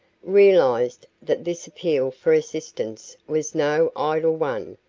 realized that this appeal for assistance was no idle one,